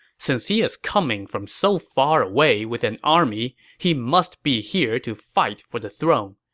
since he is coming from so far away with an army, he must be here to fight for the throne.